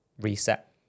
reset